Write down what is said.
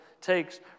takes